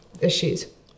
Issues